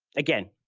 again,